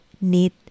need